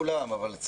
לכן,